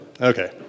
Okay